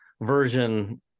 version